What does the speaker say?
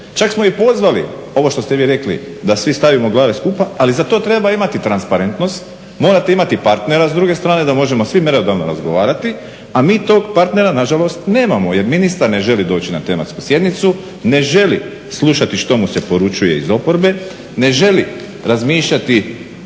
čak smo i pozvali, ovo što ste vi rekli da svi stavimo glave skupa ali za to treba imati transparentnost, morate imati partnera s druge strane da možemo svi mjerodavno razgovarati, a mi tog partnera nažalost nemamo jer ministar ne želi doći na tematsku sjednicu, ne želi slušati što mu se poručuje iz oporbe, ne želi razmišljati